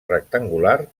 rectangular